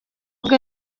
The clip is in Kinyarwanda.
bwe